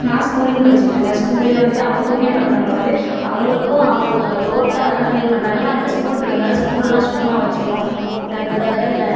நான் கூலிங் படிச்சிகிட்டு இருக்கேன் ஸ்கூல்லேயும் வந்து தூய்மை பண்றவங்களை வந்து அவங்களுக்கு அவங்க ரோட்டை அதலாம் க்ளீன் பண்ணுறாங்க நான் இப்போ ஸ்கூல் படிக்கிறதினால ஸ்கூலல்லாம் சுத்தமாக வைச்சிகிணும் அப்படின்றதுக்காக இந்த